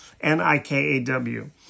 N-I-K-A-W